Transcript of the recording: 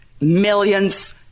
millions